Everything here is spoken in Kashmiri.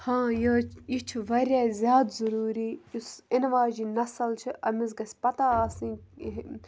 ہاں یہِ حظ یہِ چھِ واریاہ زیادٕ ضٔروٗری یُس اِنہٕ واجٮ۪ن نسٕل چھِ أمِس گژھِ پَتہ آسٕنۍ